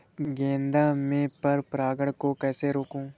गेंदा में पर परागन को कैसे रोकुं?